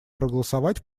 проголосовать